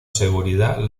seguridad